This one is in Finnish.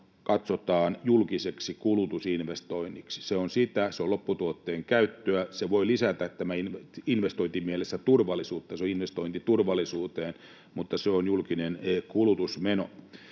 katsotaan julkiseksi kulutusinvestoinniksi. Se on sitä, se on lopputuotteen käyttöä, se voi lisätä investointimielessä turvallisuutta, se on investointi turvallisuuteen, mutta se on julkinen kulutusmeno.